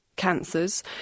cancers